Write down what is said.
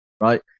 right